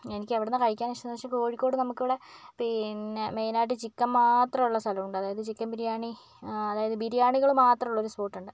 എനിക്കെവിടുന്നാണ് കഴിക്കാൻ ഇഷ്ടമെന്ന് വെച്ചാൽ കോഴിക്കോട് നമുക്കിവിടെ പിന്നെ മെയിനായിട്ട് ചിക്കൻ മാത്രമുള്ള സ്ഥലമുണ്ട് അതായത് ചിക്കൻ ബിരിയാണി അതായത് ബിരിയാണികള് മാത്രമുള്ളൊരു സ്പോട്ടുണ്ട്